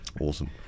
awesome